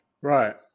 Right